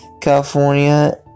California